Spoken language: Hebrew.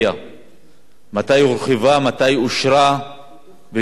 מתי הורחבה, מתי אושרה ולפני כמה זמן.